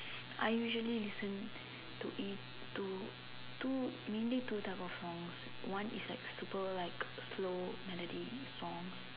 I usually listen to two two mainly two type of song one is like super slow melody songs